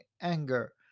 anger